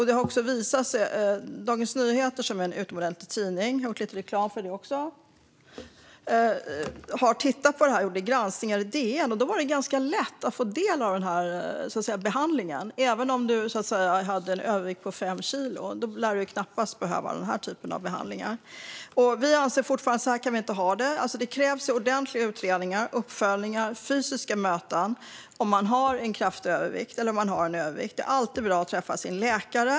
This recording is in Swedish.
Det har också visat sig i granskningar gjorda av Dagens Nyheter - som är en utomordentlig tidning, och nu har jag gjort lite reklam för den - att det är ganska lätt att få del av den här behandlingen, även om man har en övervikt på fem kilo och då knappast behöver den. Så här kan vi inte ha det, anser Vänsterpartiet. Det krävs ordentliga utredningar, uppföljningar och fysiska möten om man har en kraftig övervikt eller en övervikt. Det är alltid bra att träffa en läkare.